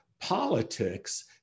politics